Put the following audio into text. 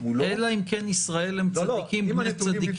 מולו --- אלא אם כן ישראל הם צדיקים בני צדיקים,